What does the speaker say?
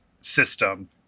system